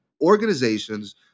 organizations